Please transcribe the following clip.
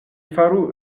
faru